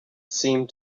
seemed